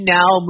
now